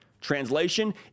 Translation